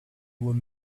were